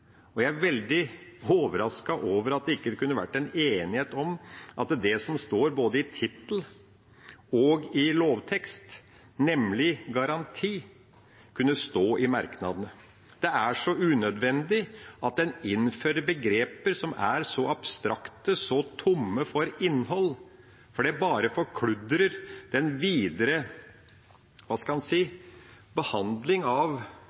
konkrete. Jeg er veldig overrasket over at det ikke kunne ha vært enighet om at det som står både i tittel og i lovtekst, nemlig «garanti», kunne stå i merknadene. Det er unødvendig å innføre begreper som er så abstrakte, så tomme for innhold, for det bare forkludrer den videre behandlingen av